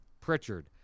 Pritchard